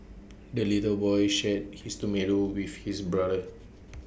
the little boy shared his tomato with his brother